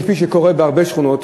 כפי שקורה בהרבה שכונות,